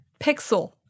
pixel